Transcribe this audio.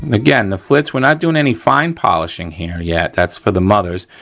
again, the flitz, we're not doing any fine polishing here yet, that's for the mothers.